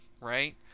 right